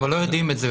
אבל לא יודעים את זה.